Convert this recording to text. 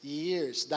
years